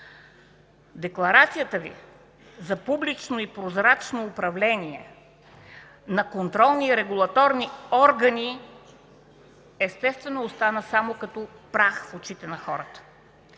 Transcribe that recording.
Декларацията Ви за публично и прозрачно управление на контролни и регулаторни органи естествено остана само като прах в очите на хората.